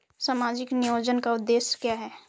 सामाजिक नियोजन का उद्देश्य क्या है?